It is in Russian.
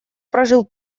прожил